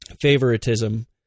favoritism